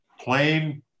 plain